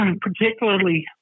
particularly